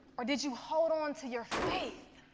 or did you hold on to your faith?